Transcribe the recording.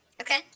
Okay